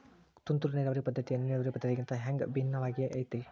ತುಂತುರು ನೇರಾವರಿ ಪದ್ಧತಿ, ಹನಿ ನೇರಾವರಿ ಪದ್ಧತಿಗಿಂತ ಹ್ಯಾಂಗ ಭಿನ್ನವಾಗಿ ಐತ್ರಿ?